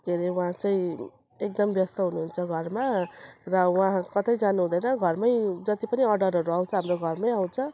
के रे उहाँ चाहिँ एकदम व्यस्त हुनुहुन्छ घरमा र उहाँ कतै जानुहुँदैन घरमै जति पनि अर्डरहरू आउँछ हाम्रो घरमै आउँछ